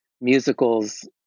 musicals